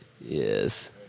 yes